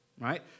right